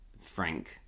Frank